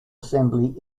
assembly